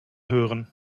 hören